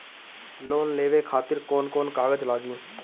Loan लेवे खातिर कौन कौन कागज लागी?